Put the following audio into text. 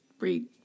read